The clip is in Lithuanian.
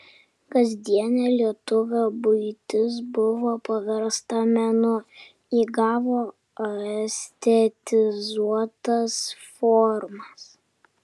kasdienė lietuvio buitis buvo paversta menu įgavo estetizuotas formas